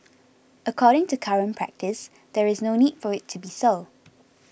according to current practice there is no need for it to be so